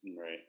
Right